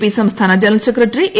P സംസ്ഥാന general secretary A